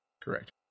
Correct